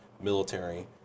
military